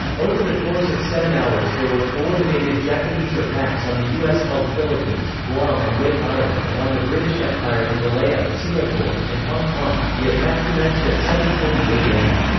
over the course of seven hours there were coordinated japanese attacks on the u s held philippines, guam and wake island and on the british empire in malaya, singapore, and hong kong the attack commenced at seven forty eight a m.